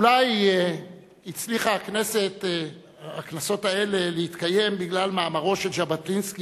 אולי הצליחו הכנסות האלה להתקיים בגלל מאמרו של ז'בוטינסקי,